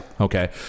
okay